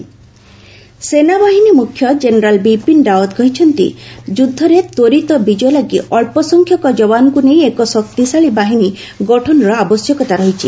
army chief force ସେନାବାହିନୀ ମୁଖ୍ୟ general Bipin Rawat କହିଛନ୍ତି ଯୁଦ୍ଧରେ ତୃରିତ ବିଜୟ ଲାଗି ଅଳ୍ପ ସଂଖ୍ୟକ ଯବାନଙ୍କୁ ନେଇ ଏକ ଶକ୍ତିଶାଳୀ ବାହିନୀ ଗଠନର ଆବଶ୍ୟକତା ରହିଛି